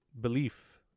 belief